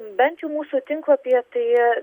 bent jau mūsų tinklapyje tai